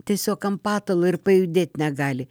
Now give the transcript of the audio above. tiesiog ant patalo ir pajudėt negali